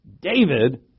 David